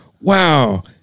wow